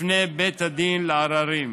לפני בית הדין לעררים.